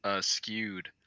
skewed